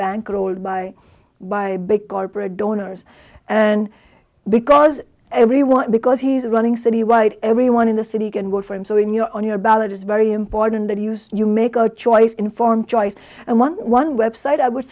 bankrolled by why big corporate donors and because everyone because he's running citywide everyone in the city can work for him so when you're on your ballot it's very important that news you make a choice informed choice and one one website i would